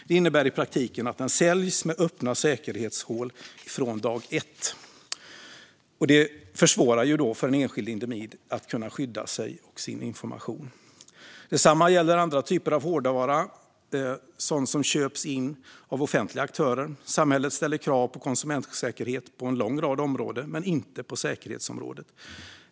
Det innebär i praktiken att den säljs med öppna säkerhetshål från dag ett. Det försvårar för en enskild individ att skydda sig och sin information. Detsamma gäller andra typer av hårdvara, också sådan som köps in av offentliga aktörer. Samhället ställer krav på konsumentsäkerhet på en lång rad områden men inte på säkerhetsområdet.